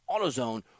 AutoZone